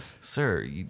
Sir